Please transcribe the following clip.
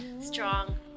strong